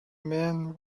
man